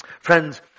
Friends